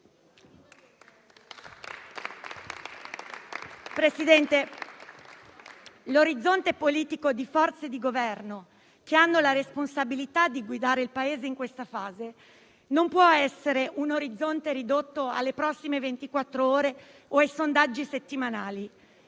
Presidente, l'orizzonte politico delle forze di Governo che hanno la responsabilità di guidare il Paese in questa fase non può essere ridotto alle prossime ventiquattro ore o ai sondaggi settimanali.